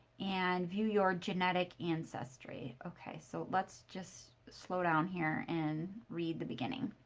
and view your genetic ancestry. okay, so let's just slow down here and read the beginning.